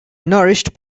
nourished